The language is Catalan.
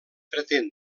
pretén